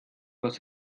was